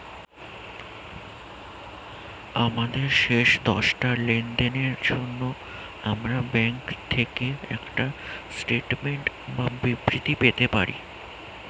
আমাদের শেষ দশটা লেনদেনের জন্য আমরা ব্যাংক থেকে একটা স্টেটমেন্ট বা বিবৃতি পেতে পারি